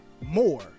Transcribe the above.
More